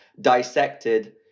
dissected